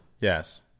Yes